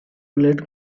let